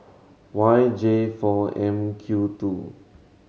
Y J four M Q two